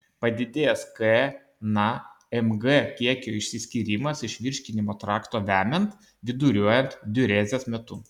padidėjęs k na mg kiekio išsiskyrimas iš virškinimo trakto vemiant viduriuojant diurezės metu